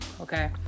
Okay